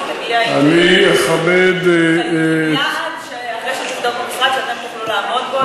תגיע עם יעד אחרי שתבדוק במשרד שאתם תוכלו לעמוד בו,